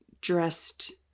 dressed